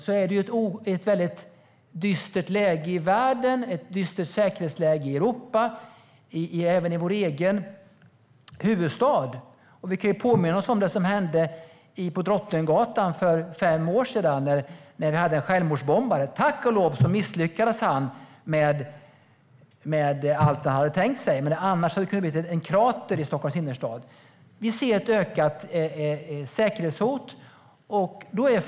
Samtidigt är det tyvärr ett dystert läge i världen och ett dystert säkerhetsläge i Europa, även i vår egen huvudstad. Vi kan påminna oss vad som hände på Drottninggatan för fem år sedan med en självmordsbombare. Tack och lov misslyckades han med vad han hade tänkt sig. Annars hade det blivit en krater i Stockholms innerstad. Vi ser ett ökat säkerhetshot.